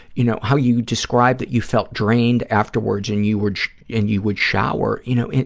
you know, how you describe that you felt drained afterwards and you would and you would shower. you know,